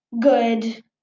good